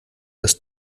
das